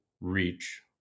reach